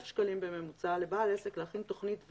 שקלים בממוצע לבעל עסק להיכן תוכנית.